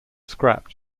scrapped